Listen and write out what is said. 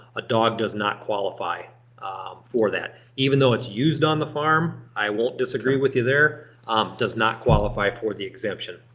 a dog does not qualify for that. even though it's used on the farm, i won't disagree with you there, it um does not qualify for the exemption.